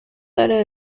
داره